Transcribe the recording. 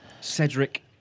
Cedric